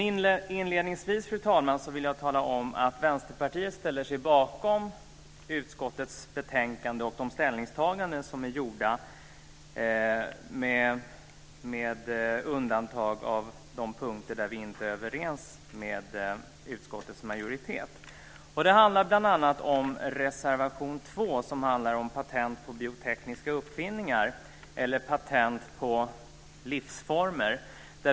Inledningsvis, fru talman, vill jag tala om att Vänsterpartiet ställer sig bakom utskottets betänkande och de ställningstaganden som är gjorda, med undantag av de punkter där vi inte är överens med utskottets majoritet. Det gäller bl.a. reservation 2, som handlar om patent på biotekniska uppfinningar eller patent på livsformer.